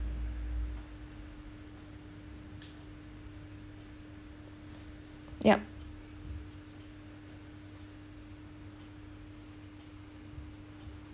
yup